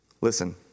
Listen